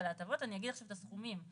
אני אגיד את הסכומים,